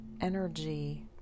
energy